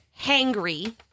hangry